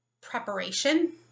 preparation